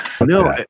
No